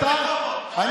אני אומר לך דבר מאוד פשוט,